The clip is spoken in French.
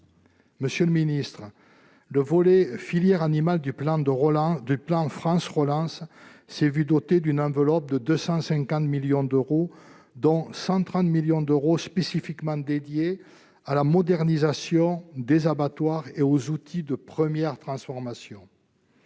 Monsieur le ministre, le volet « filières animales » du plan France relance a été doté d'une enveloppe de 250 millions d'euros, dont 130 millions d'euros spécifiquement dédiés à la modernisation des abattoirs et aux outils de première transformation.